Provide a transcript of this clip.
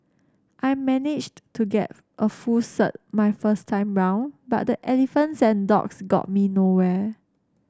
I managed to get a full cert my first time round but the Elephants and Dogs got me nowhere